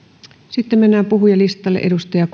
sitten mennään puhujalistalle